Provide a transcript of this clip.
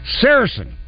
Saracen